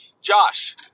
Josh